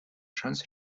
шанс